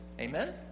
Amen